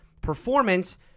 performance